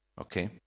okay